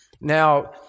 Now